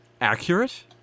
accurate